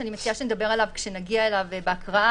שאני מציעה שנדבר עליו כשנגיע אליו בהקראה,